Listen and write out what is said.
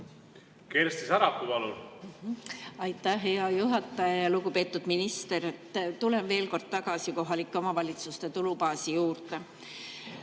Kersti Sarapuu, palun! Aitäh, hea juhataja! Lugupeetud minister! Tulen veel kord tagasi kohalike omavalitsuste tulubaasi juurde.